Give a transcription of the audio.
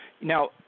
Now